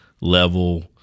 level